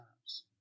times